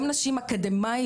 גם נשים אקדמאיות,